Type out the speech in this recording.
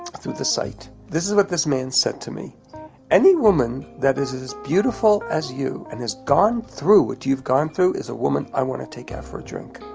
through the site. this is what this man said to me any woman that is is as beautiful as you and has gone through what you've gone through, is a woman i want to take out for a drink.